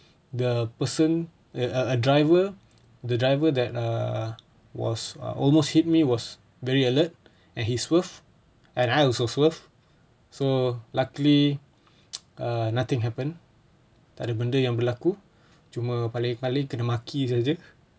the person a a driver the driver that uh was err almost hit me was very alert and he swerved and I also swerved so luckily err nothing happen tak ada benda yang berlaku cuma paling paling kena maki sahaja